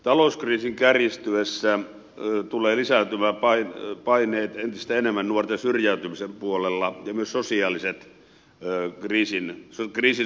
talouskriisin kärjistyessä tulevat lisääntymään paineet entistä enemmän nuorten syrjäytymisen puolella ja myös kriisin sosiaaliset vaikutukset